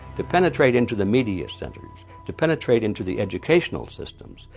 to penetrate into the media centers, to penetrate into the educational systems.